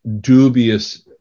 dubious